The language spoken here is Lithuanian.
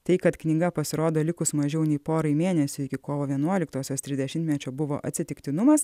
tai kad knyga pasirodo likus mažiau nei porai mėnesių iki kovo vienuoliktosios trisdešimtmečio buvo atsitiktinumas